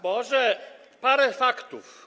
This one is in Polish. Może parę faktów.